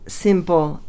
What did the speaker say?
simple